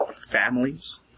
families